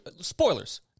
Spoilers